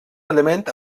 element